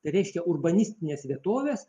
tai reiškia urbanistinės vietovės